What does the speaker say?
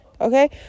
Okay